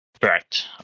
Correct